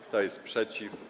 Kto jest przeciw?